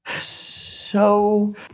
so-